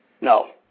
No